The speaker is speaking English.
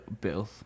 Bills